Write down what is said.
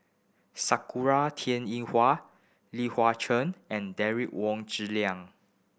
Sakura Teng Ying Hua Li Hua Cheng and Derek Wong Zi Liang